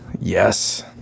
Yes